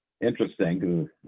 Interesting